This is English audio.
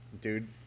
dude